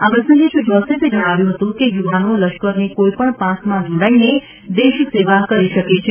આ પ્રસંગે શ્રી જોસેફે જણાવ્યું હતું કે યુવાનો લશ્કરની કોઇ પણ પાંખમાં જોડાઇને દેશ સેવા કરી શકે છે